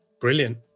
Brilliant